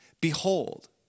Behold